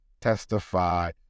testify